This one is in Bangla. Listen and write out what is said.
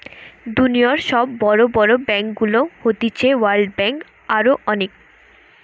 দুনিয়র সব বড় বড় ব্যাংকগুলো হতিছে ওয়ার্ল্ড ব্যাঙ্ক, আরো অনেক